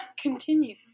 Continue